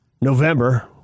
November